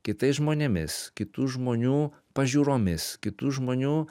kitais žmonėmis kitų žmonių pažiūromis kitų žmonių